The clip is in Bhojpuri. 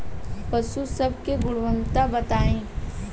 पशु सब के गुणवत्ता बताई?